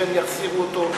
שהם יחזירו אותו,